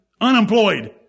unemployed